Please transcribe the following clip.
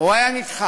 זה היה נדחה.